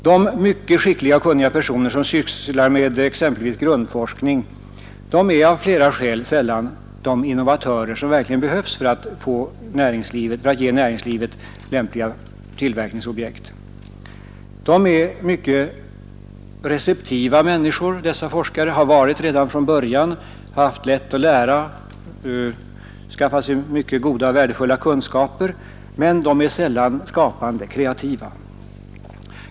De mycket skickliga och kunniga personer som sysslar med exempelvis grundforskning är av flera skäl sällan de innovatörer som behövs för att ge näringslivet lämpliga tillverkningsobjekt. Dessa forskare är redan från början mycket receptiva människor, de har haft lätt att lära, de har skaffat sig mycket goda och värdefulla kunskaper, men de är sällan skapande, kreativa.